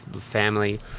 family